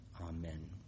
Amen